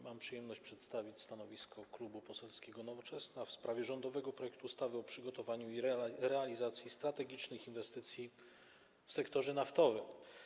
Mam przyjemność przedstawić stanowisko Klubu Poselskiego Nowoczesna w sprawie rządowego projektu ustawy o przygotowaniu i realizacji strategicznych inwestycji w sektorze naftowym.